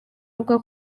avuga